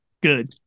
Good